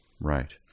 Right